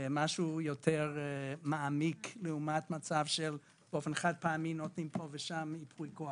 משהו יותר מעמיק לעומת מצב שבאופן חד-פעמי נותנים פה ושם ייפוי כוח.